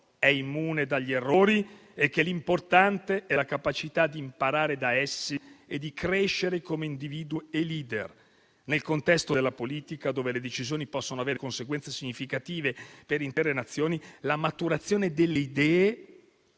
è immune dagli errori e che l'importante è la capacità di imparare da essi e di crescere come individui e *leader*. Nel contesto della politica, in cui le decisioni possono avere conseguenze significative per intere Nazioni, la maturazione delle idee